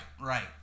right